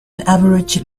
average